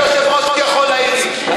רק היושב-ראש יכול להעיר לי.